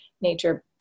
nature